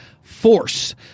force